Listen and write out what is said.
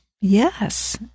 Yes